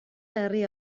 herri